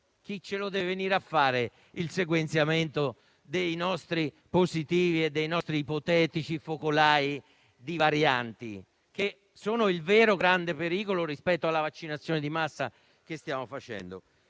Chi deve venire a fare il sequenziamento dei nostri positivi e dei nostri ipotetici focolai di varianti? È questo il vero grande pericolo rispetto alla vaccinazione di massa che stiamo facendo.